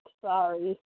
Sorry